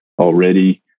already